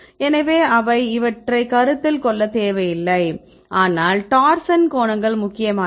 எனவே அவை இவற்றைக் கருத்தில் கொள்ளத் தேவையில்லை ஆனால் டார்சன் கோணங்கள் முக்கியமானவை